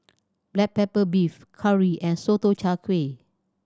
black pepper beef curry and Sotong Char Kway